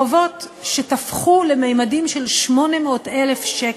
חובות שתפחו לממדים של 800,000 שקל.